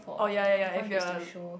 oh ya ya ya if you are